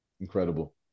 Incredible